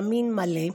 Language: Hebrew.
ימין מלא,